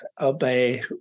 obey